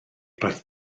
roedd